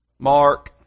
Mark